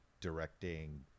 directing